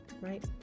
right